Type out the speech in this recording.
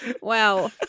Wow